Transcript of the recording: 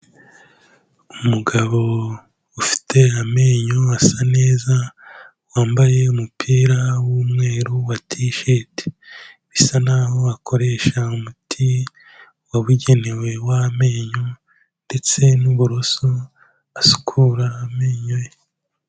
Umugabo ufite amenyo asa neza wambaye umupira w'umweru wa tisheti, bisa naho akoresha umuti wabugenewe w'amenyo ndetse n'uburoso asukura amenyo ye.